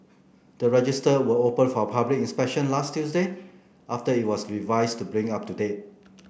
the register were opened for public inspection last Tuesday after it was revised to bring up to date